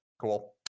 cool